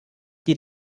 die